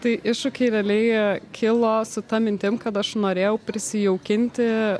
tai iššūkiai realiai jie kilo su ta mintim kad aš norėjau prisijaukinti